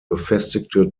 befestigte